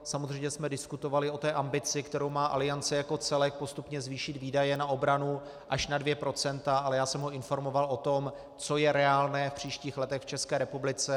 Samozřejmě jsme diskutovali o té ambici, kterou má Aliance jako celek, postupně zvýšit výdaje na obranu až na dvě procenta, ale já jsem ho informoval o tom, co je reálné v příštích letech v České republice.